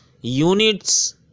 units